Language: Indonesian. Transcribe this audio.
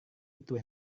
itu